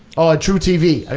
oh at trutv,